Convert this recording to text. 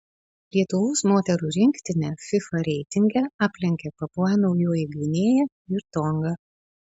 lietuvos moterų rinktinę fifa reitinge aplenkė papua naujoji gvinėja ir tonga